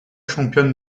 championne